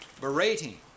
berating